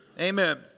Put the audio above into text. Amen